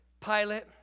Pilate